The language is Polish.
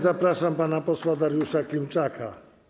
Zapraszam pana posła Dariusza Klimczaka.